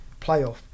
playoff